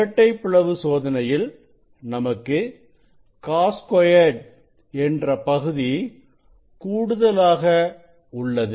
இரட்டைப் பிளவு சோதனையில் நமக்கு cos2 என்ற பகுதி கூடுதலாக உள்ளது